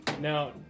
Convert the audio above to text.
Now